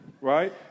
right